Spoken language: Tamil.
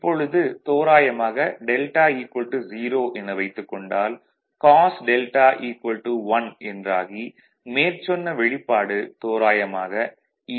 இப்பொழுது தோரயமாக 0 என வைத்துக் கொண்டால் காஸ் 1 என்றாகி மேற்சொன்ன வெளிப்பாடு தோராயமாக E2